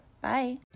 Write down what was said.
Bye